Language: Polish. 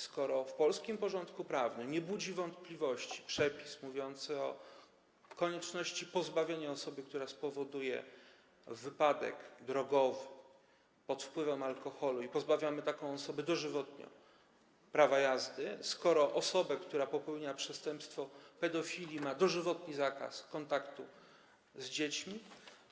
Skoro w polskim porządku prawnym nie budzi wątpliwości przepis mówiący o konieczności pozbawienia osoby, która spowoduje wypadek drogowy pod wpływem alkoholu, dożywotnio prawa jazdy, skoro osoba, która popełniła przestępstwo pedofilii, ma dożywotni zakaz kontaktu z dziećmi,